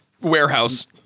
warehouse